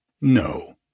No